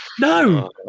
no